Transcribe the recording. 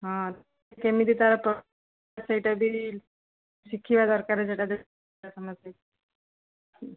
ହଁ କେମିତି ତା'ର ସେଇଟା ବି ଶିଖିବା ଦରକାର ସେଇଟା ସମସ୍ତେ